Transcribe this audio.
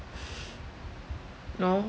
oh